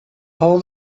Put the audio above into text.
all